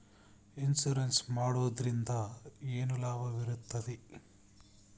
Insurance ಮಾಡೋದ್ರಿಂದ ಏನು ಲಾಭವಿರುತ್ತದೆ?